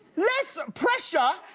less pressure?